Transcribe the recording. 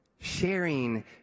Sharing